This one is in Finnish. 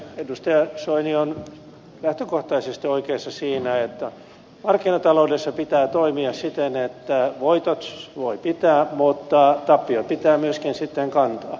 edustaja soini on lähtökohtaisesti oikeassa siinä että markkinataloudessa pitää toimia siten että voitot voi pitää mutta tappiot pitää myöskin sitten kantaa